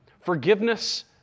forgiveness